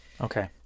Okay